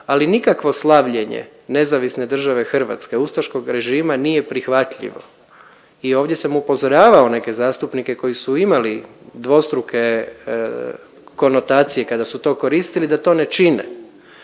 Ali nikakvo slavljenje nezavisne države Hrvatske, ustaškog režima nije prihvatljivo. I ovdje sam upozoravao neke zastupnike koji su imali dvostruke konotacije kada su to koristili da to ne čine.